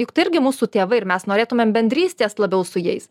juk tai irgi mūsų tėvai ir mes norėtumėm bendrystės labiau su jais